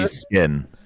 skin